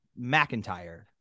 McIntyre